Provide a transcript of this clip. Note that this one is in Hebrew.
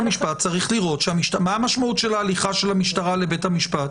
מה המשמעות של ההליכה של המשטרה לבית המשפט?